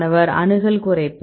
மாணவர் அணுகல் குறைப்பு